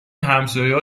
همسایهها